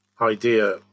idea